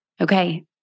Okay